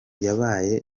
yabaye